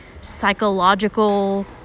psychological